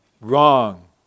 wrong